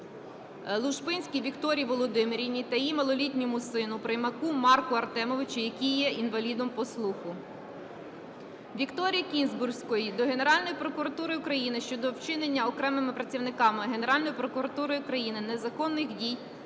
Лушпинській Вікторії Володимирівні та її малолітньому сину Приймаку Марку Артемовичу, який є інвалідом по слуху. Вікторії Кінзбурської до Генеральної прокуратури України щодо вчинення окремими працівниками Генеральної прокуратури України незаконних дій,